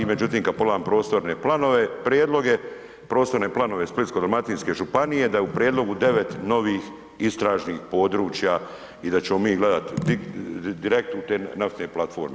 Međutim kad pogledam prostorne planove, prijedloge, prostorne planove Splitsko-dalmatinske županije da je u prijedlogu 9 novih istražnih područja i da ćemo mi gledati direkt u te naftne platforme.